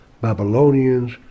Babylonians